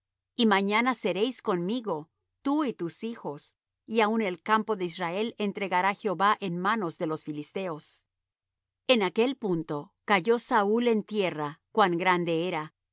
y mañana seréis conmigo tú y tus hijos y aun el campo de israel entregará jehová en manos de los filisteos en aquel punto cayó saúl en tierra cuan grande era